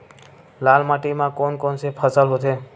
लाल माटी म कोन कौन से फसल होथे?